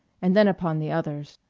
and then upon the others.